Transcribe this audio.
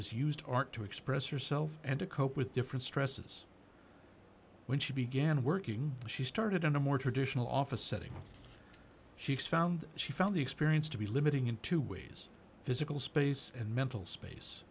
has used art to express herself and to cope with different stresses when she began working she started in a more traditional office setting she found she found the experience to be limiting in two ways physical space and mental space